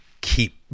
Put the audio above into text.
keep